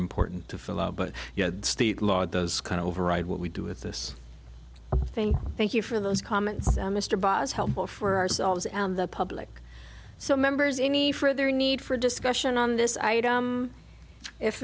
important to fill out but you know state law does kind of override what we do with this thing thank you for those comments mr boz helpful for ourselves and the public so members any further need for discussion on this item if